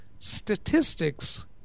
statistics